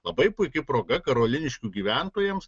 labai puiki proga karoliniškių gyventojams